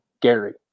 Gary